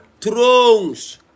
thrones